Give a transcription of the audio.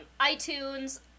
iTunes